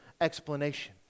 explanation